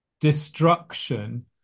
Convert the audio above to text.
destruction